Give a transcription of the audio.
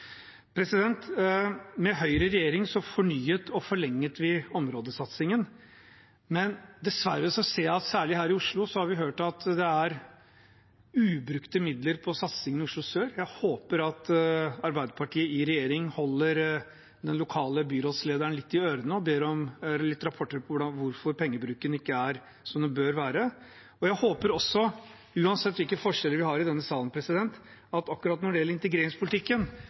Med Høyre i regjering fornyet og forlenget vi områdesatsingen, men dessverre har vi hørt at det er ubrukte midler på satsingen i Oslo sør. Jeg håper at Arbeiderpartiet i regjering holder den lokale byrådslederen litt i ørene og ber om litt rapportering på hvorfor pengebruken ikke er som den bør være. Jeg håper også, uansett forskjeller i denne sal, at akkurat når det gjelder integreringspolitikken,